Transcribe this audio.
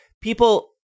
people